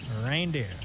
Reindeer